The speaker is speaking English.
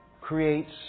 creates